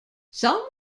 some